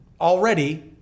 already